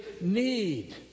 need